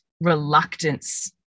reluctance